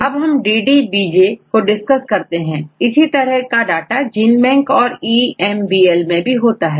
अब हमDDBJ को डिस्कस करते हैं इसी तरह का डाटा जीन बैंक औरEMBL मैं भी होता है